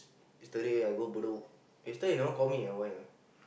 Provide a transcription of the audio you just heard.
yesterday I go Bedok yesterday you never call me ah why ah